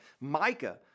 Micah